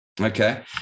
okay